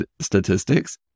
statistics